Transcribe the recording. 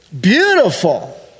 beautiful